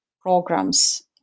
programs